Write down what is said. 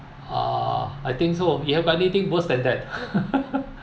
ah I think so you have anything worse than that